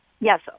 Yes